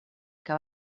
que